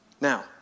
Now